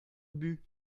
ubu